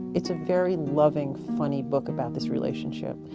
it's a very loving funny book about this relationship.